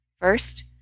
First